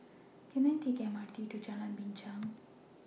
Can I Take The M R T to Jalan Binchang